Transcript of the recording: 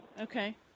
Okay